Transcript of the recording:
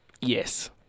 Yes